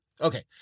Okay